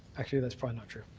actually that's probably not true.